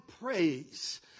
praise